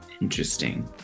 Interesting